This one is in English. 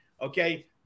okay